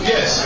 Yes